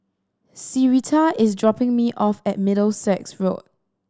syreeta is dropping me off at Middlesex Road